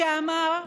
שאמר: